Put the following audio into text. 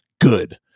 Good